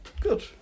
Good